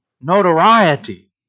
notoriety